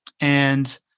And-